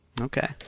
Okay